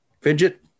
Fidget